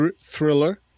thriller